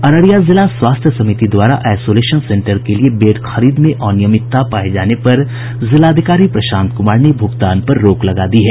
अररिया जिला स्वास्थ्य समिति द्वारा आइसोलेशन सेंटर के लिये बेड खरीद में अनियमितता पाये जाने पर जिलाधिकारी प्रशांत कुमार ने भुगतान पर रोक लगा दी है